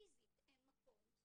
פיזית אין מקום.